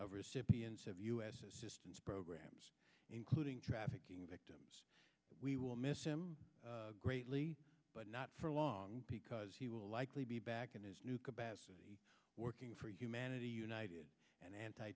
of recipients of u s assistance programs including trafficking victims we will miss him greatly but not for long because he will likely be back in his new capacity working for humanity united and anti